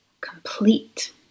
complete